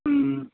ம் ம்